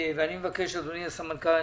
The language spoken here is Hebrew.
אדוני הסמנכ"ל,